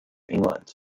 england